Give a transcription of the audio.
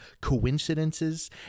coincidences